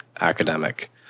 academic